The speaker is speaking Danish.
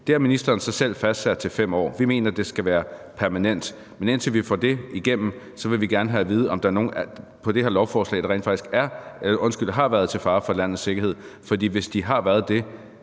Det har ministeren så selv fastsat til 5 år. Vi mener, at det skal være permanent. Men indtil vi får det igennem, vil vi gerne have at vide, om der er nogen på det her lovforslag, der rent faktisk har været til fare for landets sikkerhed. For hvis de har været det,